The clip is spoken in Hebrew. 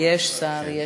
יש שר, יש שר.